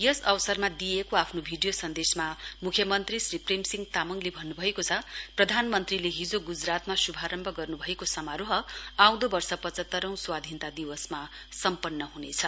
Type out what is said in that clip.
यस अवसरमा दिइएको आफ्नो भिडियो सन्देशमा मुख्यमन्त्री श्री प्रेमसिहं तामङले भन्नुभएको छ प्रधानमन्त्रीले हिजो गुजरातमा शुभारम्भ गर्नुभएको समारोह आँउदो वर्ष पचहत्तरौं स्वाधीनता दिवसमा सम्पन्न हुनेछ